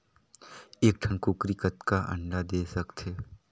एक ठन कूकरी कतका अंडा दे सकथे?